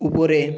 উপরে